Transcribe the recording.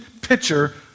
picture